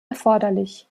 erforderlich